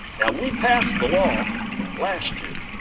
now, we passed the law last year